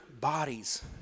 bodies